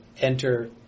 enter